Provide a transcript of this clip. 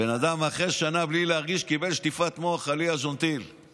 אחרי שנה הבן אדם קיבל שטיפת חליאה ז'ונטיל בלי להרגיש.